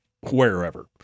wherever